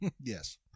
yes